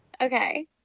Okay